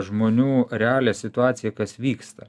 žmonių realią situaciją kas vyksta